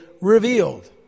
revealed